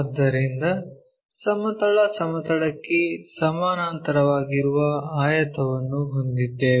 ಆದ್ದರಿಂದ ಸಮತಲ ಸಮತಲಕ್ಕೆ ಸಮಾನಾಂತರವಾಗಿರುವ ಆಯತವನ್ನು ಹೊಂದಿದ್ದೇವೆ